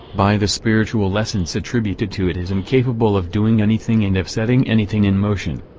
by the spiritual essence attributed to it is incapable of doing anything and of setting anything in motion?